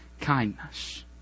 kindness